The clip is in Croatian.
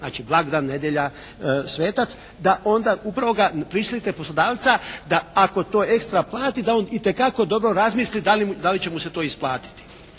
znači blagdan, nedjelja, svetac, da onda upravo ga prisilite poslodavca da ako to ekstra plati da on itekako dobro razmisli da li će mu se to isplatiti.